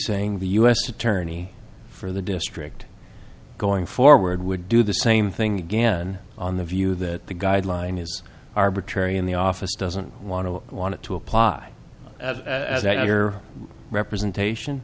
saying the u s attorney for the district going forward would do the same thing again on the view that the guideline is arbitrary and the office doesn't want to i want to apply as that your representation